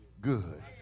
good